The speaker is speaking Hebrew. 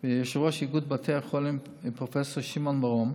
ויושב-ראש איגוד בתי החולים, ופרופ' שמעון מרום,